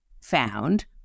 found